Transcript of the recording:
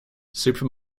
super